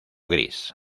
gris